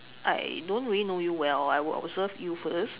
I don't really know you well I will observe you first